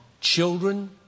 Children